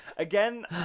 Again